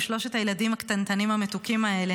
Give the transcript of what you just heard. עם שלושת הילדים הקטנטנים המתוקים האלה,